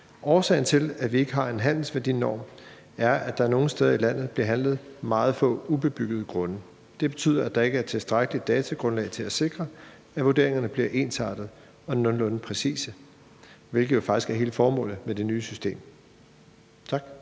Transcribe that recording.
Årsagen til, at vi ikke har en handelsværdinorm, er, at der nogle steder i landet bliver handlet meget få ubebyggede grunde. Det betyder, at der ikke er et tilstrækkeligt datagrundlag til at sikre, at vurderingerne bliver ensartede og nogenlunde præcise, hvilket jo faktisk er hele formålet med det nye system. Tak.